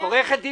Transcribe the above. עו"ד גאל,